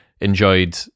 enjoyed